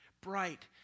bright